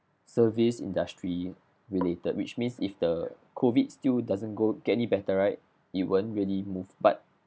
service industry related which means if the COVID still doesn't go get any better right it won't really move but